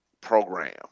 program